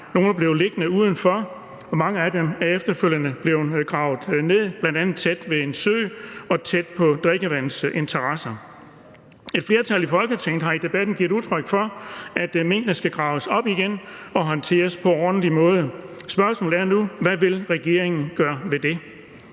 er blevet liggende udenfor, og mange af dem er efterfølgende blevet gravet ned, bl.a. tæt ved en sø og tæt ved drikkevand. Et flertal i Folketinget har i debatten givet udtryk for, at minkene skal graves op igen og håndteres på en ordentlig måde. Spørgsmålet er nu, hvad regeringen vil gøre ved det.